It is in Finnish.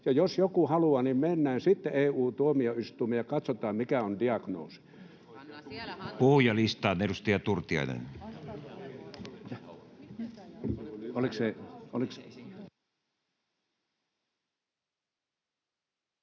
ja jos joku haluaa, niin mennään sitten EU-tuomioistuimeen ja katsotaan, mikä on diagnoosi. [Leena Meri: Pannaan siellä hanttiin!]